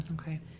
okay